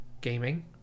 gaming